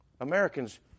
Americans